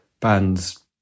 bands